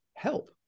help